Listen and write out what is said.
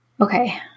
Okay